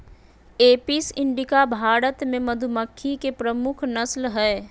Apis indica Bharat मे मधुमक्खी के प्रमुख नस्ल हय